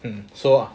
and so